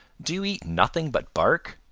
do you eat nothing but bark?